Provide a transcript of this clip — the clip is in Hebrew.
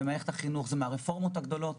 במערכת החינוך זה נובע מהרפורמות הגדולות